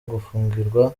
gufungirwa